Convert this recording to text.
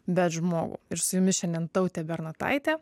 bet žmogų ir su jumis šiandien taute bernotaitė